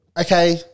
Okay